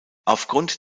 aufgrund